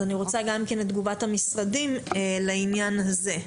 אז אני רוצה גם את תגובת המשרדים לעניין הזה.